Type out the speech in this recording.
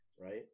right